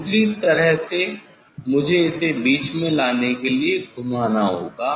दूसरी तरह से मुझे इसे बीच में लाने के लिए घुमाना होगा